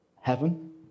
heaven